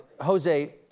Jose